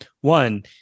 One